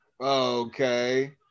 Okay